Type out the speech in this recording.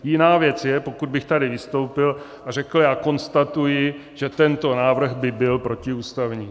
Jiná věc je, pokud bych tady vystoupil a řekl: já konstatuji, že tento návrh by byl protiústavní.